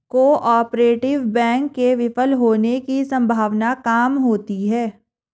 cooperative bank के विफल होने की सम्भावना काम होती है